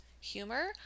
humor